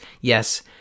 yes